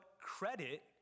credit